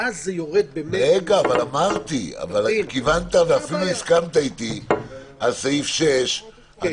אבל כיוונת ואפילו הסכמת איתי על סעיף 6. אני